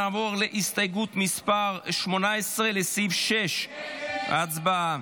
נעבור להסתייגות מס' 18, לסעיף 6. הצבעה.